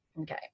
okay